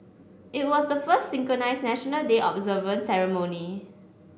it was the first synchronised National Day observance ceremony